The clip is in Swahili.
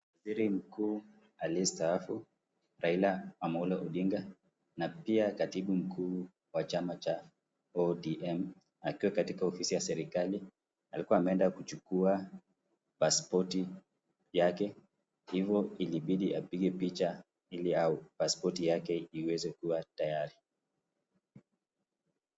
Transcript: Waziri kuku aliye staafu Raila Odinga na pia karibu mkuu wa Chama cha ODM akiwa katika ofisi ya serikali .Alikuwa ameenda kuchukua pasipoti yake